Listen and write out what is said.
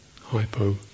hypo